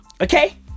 Okay